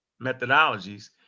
methodologies